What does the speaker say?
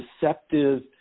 deceptive